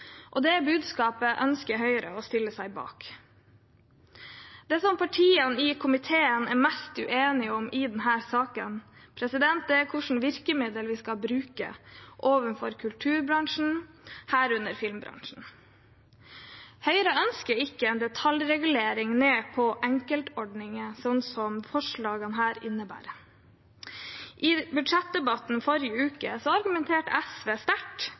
viktig. Det budskapet ønsker Høyre å stille seg bak. Det som partiene i komiteen er mest uenige om i denne saken, er hvilke virkemidler vi skal bruke overfor kulturbransjen, herunder filmbransjen. Høyre ønsker ikke en detaljregulering ned på enkeltordninger, slik som forslagene her innebærer. I budsjettdebatten i forrige uke argumenterte SV sterkt